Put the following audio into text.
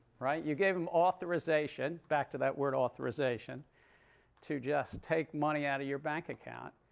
right? you gave them authorization back to that word authorization to just take money out of your bank account.